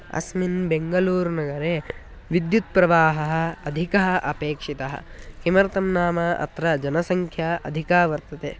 अस्मिन् बेङ्गलूरुनगरे विद्युत्प्रवाहः अधिकः अपेक्षितः किमर्थं नाम अत्र जनसंख्या अधिका वर्तते